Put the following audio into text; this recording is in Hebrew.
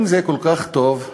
אם זה כל כך טוב,